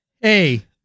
hey